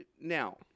now